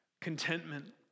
contentment